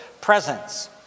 presence